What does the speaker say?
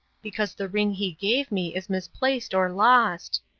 because the ring he gave me is misplaced or lost.